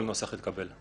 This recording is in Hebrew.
כל נוסח יתקבל.